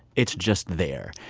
it's just there.